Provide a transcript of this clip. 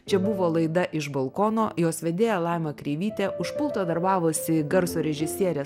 čia buvo laida iš balkono jos vedėja laima kreivytė už pulto darbavosi garso režisierė